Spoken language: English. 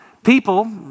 People